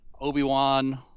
Obi-Wan